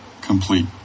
complete